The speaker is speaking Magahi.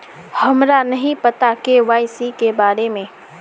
हमरा नहीं पता के.वाई.सी के बारे में?